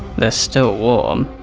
they're still warm.